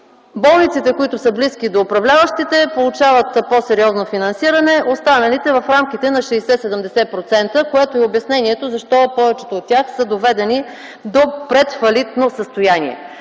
Болниците, които са близки до управляващите получават по-сериозно финансиране, останалите – в рамките на 60-70%, което е обяснението, защо повечето от тях са доведени до предфалитно състояние.